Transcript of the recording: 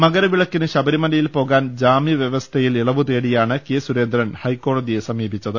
മകരവിളക്കിന് ശബരിമലയിൽ പോകാൻ ജാമ്യവ്യവസ്ഥയിൽ ഇളവുതേടിയാണ് കെ സുരേന്ദ്രൻ ഹൈക്കോടതിയെ സമീപിച്ചത്